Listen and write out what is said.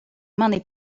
mani